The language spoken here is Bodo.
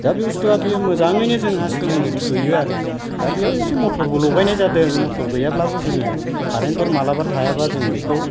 दा बे बुस्तुआ मोजाङैनो जोंहा सोलिनो थोयो आरो दा बेयाव एसे मटर बो लगायनाय जादों मटर गैयाब्लाबो जोङो कारेन्त फोर मालाबा थायाबा जों बेखौ